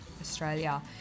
Australia